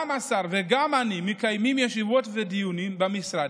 גם השר וגם אני מקיימים ישיבות ודיונים במשרד,